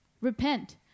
Repent